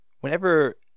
Whenever